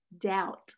doubt